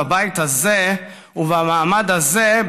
בבית הזה ובמעמד הזה,